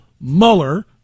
Mueller